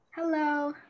Hello